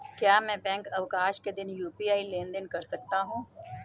क्या मैं बैंक अवकाश के दिन यू.पी.आई लेनदेन कर सकता हूँ?